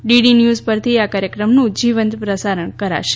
DD news પરથી આ કાર્યક્રમનું જીવંત પ્રસારણ કરાશે